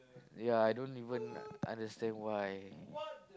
ya I don't even understand why